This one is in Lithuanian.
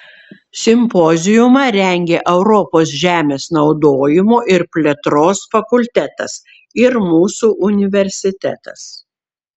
simpoziumą rengė europos žemės naudojimo ir plėtros fakultetas ir mūsų universitetas